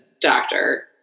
doctor